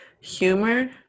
humor